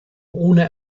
ohne